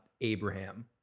Abraham